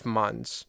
months